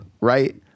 right